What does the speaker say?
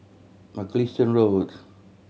Mugliston Road